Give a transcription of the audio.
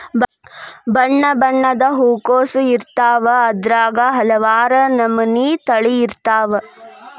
ಬಣ್ಣಬಣ್ಣದ ಹೂಕೋಸು ಇರ್ತಾವ ಅದ್ರಾಗ ಹಲವಾರ ನಮನಿ ತಳಿ ಇರ್ತಾವ